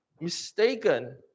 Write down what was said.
mistaken